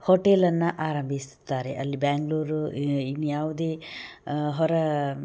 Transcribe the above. ಹೋಟೆಲನ್ನು ಆರಂಭಿಸುತಾರೆ ಅಲ್ಲಿ ಬ್ಯಾಂಗ್ಳೂರು ಇನ್ಯಾವುದೆ ಹೊರ